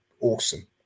awesome